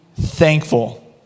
thankful